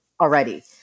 already